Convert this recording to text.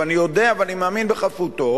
ואני יודע ואני מאמין בחפותו,